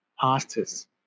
pastors